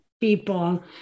people